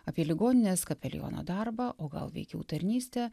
apie ligoninės kapeliono darbą o gal veikiau tarnystę